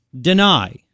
deny